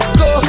go